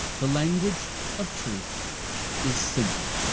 the language of truth is simple.